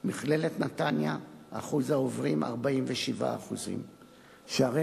מכללת נתניה, אחוז העוברים, 47%; "שערי